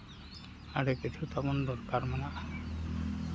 ᱟᱹᱰᱤ ᱠᱤᱪᱷᱩ ᱛᱟᱵᱚᱱ ᱫᱚᱨᱠᱟᱨ ᱢᱮᱱᱟᱜᱼᱟ